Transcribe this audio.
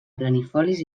planifolis